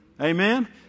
Amen